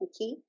okay